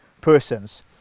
persons